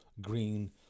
green